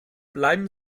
bleiben